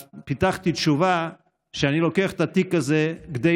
אז פיתחתי תשובה שאני לוקח את התיק הזה כדי